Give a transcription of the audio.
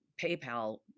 PayPal